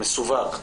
מסווג.